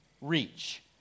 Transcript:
reach